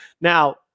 Now